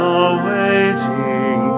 awaiting